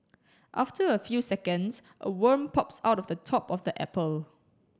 after a few seconds a worm pops out of the top of the apple